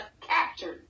captured